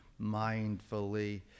mindfully